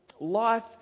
life